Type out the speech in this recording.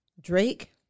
Drake